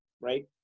right